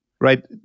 right